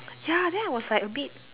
ya then I was like a bit